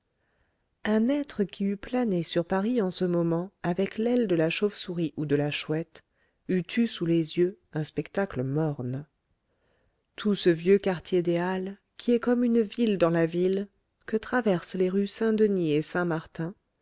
un être qui eût plané sur paris en ce moment avec l'aile de la chauve-souris ou de la chouette eût eu sous les yeux un spectacle morne tout ce vieux quartier des halles qui est comme une ville dans la ville que traversent les rues saint-denis et saint-martin